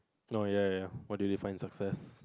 no ya ya what do you define success